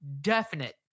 definite